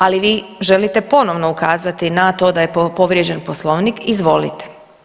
Ali vi želite ponovno ukazati na to da je povrijeđen Poslovnik, izvolite.